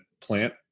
plant